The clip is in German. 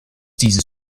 dieses